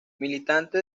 militante